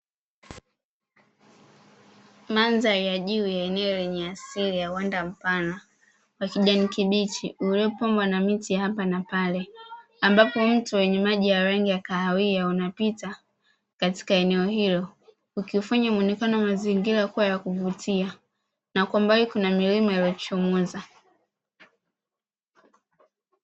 Mandhari ya juu ya eneo lenye asili ya uwanda mpana wa kijani kibichi uliyopambwa na miti ya hapa na pale, ambapo mto wenye maji ya rangi ya kahawia unapita katika eneo hilo ukiufanya muonekano wa mazingira kuwa ya kuvutia na kwa mbali kuna milima iliyochomoza.